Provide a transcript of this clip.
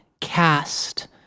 cast